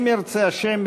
אם ירצה השם,